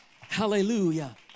Hallelujah